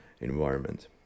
environment